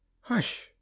hush